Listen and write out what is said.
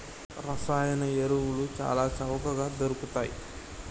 రసాయన ఎరువులు చాల చవకగ దొరుకుతయ్